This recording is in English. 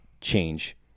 change